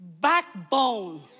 backbone